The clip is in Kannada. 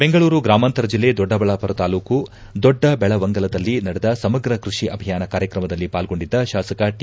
ಬೆಂಗಳೂರು ಗ್ರಾಮಾಂತರ ಜಿಲ್ಲೆ ದೊಡ್ಡಬಳ್ಯಾಮರ ತಾಲೂಕು ದೊಡ್ಡಬೆಳವಂಗಲದಲ್ಲಿ ನಡೆದ ಸಮಗ್ರ ಕೃಷಿ ಅಭಿಯಾನ ಕಾರ್ಕ್ರಮದಲ್ಲಿ ಪಾಲ್ಗೊಂಡಿದ್ದ ಶಾಸಕ ಟಿ